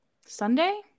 Sunday